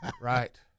Right